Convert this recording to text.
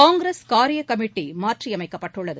காங்கிரஸ் காரியக் கமிட்டி மாற்றியமைக்கப்பட்டுள்ளது